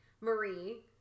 Marie